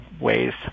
ways